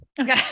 Okay